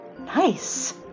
Nice